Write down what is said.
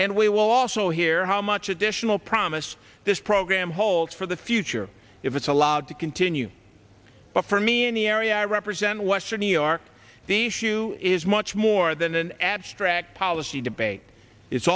will also hear how much additional promise this program holds for the future if it's allowed to continue but for me in the area i represent western new york the issue is much more than an abstract policy debate it's